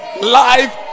live